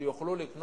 שיוכלו לקנות,